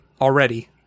already